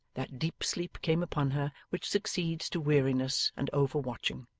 that deep sleep came upon her which succeeds to weariness and over-watching,